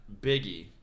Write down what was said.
Biggie